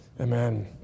Amen